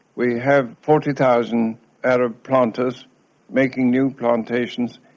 we have forty thousand arab planters making new plantations,